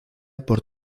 por